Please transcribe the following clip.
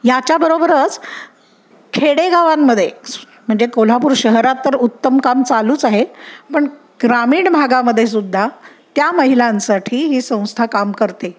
ह्याच्याबरोबरच खेडेगावांमध्ये स् म्हणजे कोल्हापूर शहरात तर उत्तम काम चालूच आहे पण ग्रामीण भागामध्ये सुद्धा त्या महिलांसाठी ही संस्था काम करते